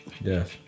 yes